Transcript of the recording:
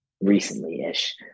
recently-ish